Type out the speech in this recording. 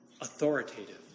authoritative